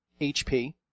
HP